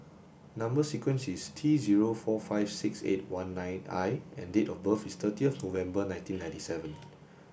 number sequence is T zero four five six eight one nine I and date of birth is thirty of November nineteen nineteen seven